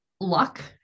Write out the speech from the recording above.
luck